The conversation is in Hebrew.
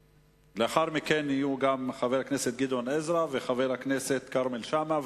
לאחר מכן יהיו גם חבר הכנסת גדעון עזרא וחבר הכנסת כרמל שאמה,